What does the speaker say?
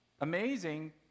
amazing